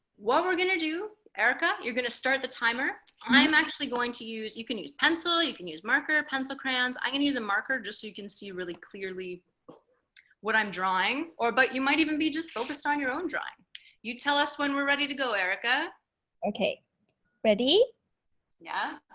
what we're gonna do erica you're gonna start the timer i'm actually going to use you can use pencil you can use marker pencil crayons i'm gonna use a marker just so you can see really clearly what i'm drawing or but you might even be just focused on your own dry you tell us when we're ready to go erica okay ready yeah